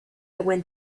went